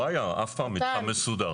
לא היה אף פעם מתחם מסודר.